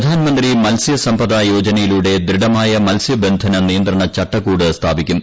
പ്രധാൻമന്ത്രി മത്സ്യ സംപദ യോജനയിലൂടെ ദൃഢമായ മത്സ്യബന്ധന നിയന്ത്രണ ചട്ടക്കൂട് സ്ഥാപിക്കും